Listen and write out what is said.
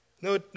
No